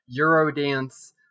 Eurodance